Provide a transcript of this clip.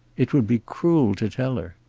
it would be cruel to tell her.